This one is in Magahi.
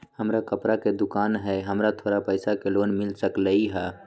हमर कपड़ा के दुकान है हमरा थोड़ा पैसा के लोन मिल सकलई ह?